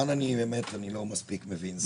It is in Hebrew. כאן אני באמת לא מספיק מבין,